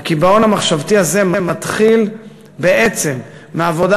הקיבעון המחשבתי הזה מתחיל בעצם מעבודה